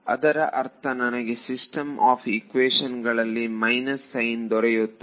ಅದರ ಅರ್ಥ ನನಗೆ ಸಿಸ್ಟಮ್ ಆಫ್ ಈಕ್ವೇಶನ್ ಗಳಲ್ಲಿ ಮೈನಸ್ ಸೈನ್ ದೊರೆಯುತ್ತದೆ